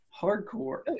hardcore